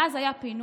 ואז היה פינוי,